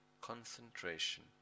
concentration